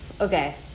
Okay